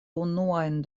unuajn